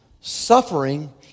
Suffering